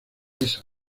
esa